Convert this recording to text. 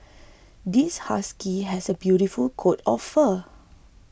this husky has a beautiful coat of fur